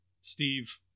Steve